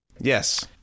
Yes